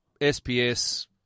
SPS